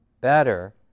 better